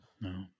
No